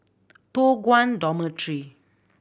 Toh Guan Dormitory